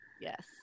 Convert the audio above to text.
Yes